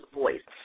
voice